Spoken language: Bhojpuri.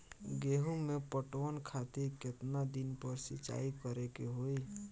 गेहूं में पटवन खातिर केतना दिन पर सिंचाई करें के होई?